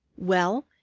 well,